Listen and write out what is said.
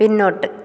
പിന്നോട്ട്